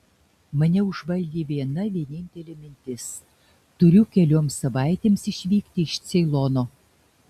mane užvaldė viena vienintelė mintis turiu kelioms savaitėms išvykti iš ceilono